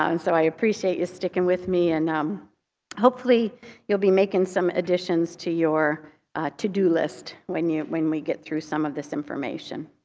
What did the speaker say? ah and so i appreciate you're sticking with me. and um hopefully you'll be making some additions to your to-do list when when we get through some of this information.